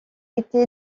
été